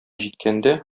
җиткәндә